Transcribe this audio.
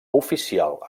oficial